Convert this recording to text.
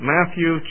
Matthew